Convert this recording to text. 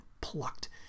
plucked